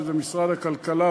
שהם משרד הכלכלה,